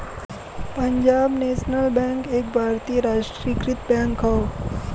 Punjab National Bank एक भारतीय राष्ट्रीयकृत बैंक हौ